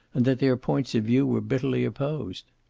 and that their points of view were bitterly opposed.